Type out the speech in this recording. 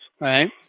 Right